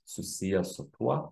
susijęs su tuo